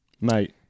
Mate